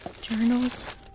Journals